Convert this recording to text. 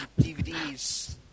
DVDs